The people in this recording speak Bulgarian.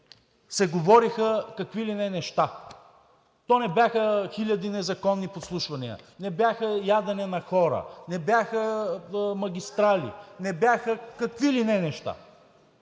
се говориха какви ли не неща – то не бяха хиляди незаконни подслушвания, не бяха ядене на хора, не бяха магистрали, не бяха какви ли не неща.